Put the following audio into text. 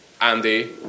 Andy